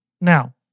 Now